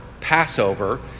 Passover